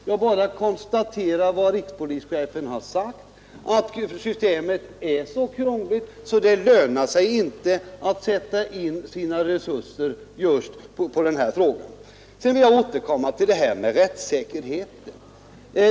Jag konstaterade bara vad rikspolischefen har sagt, att systemet är så krångligt att det inte lönar sig att sätta in resurserna just på detta avsnitt. Jag återkommer till rättssäkerheten.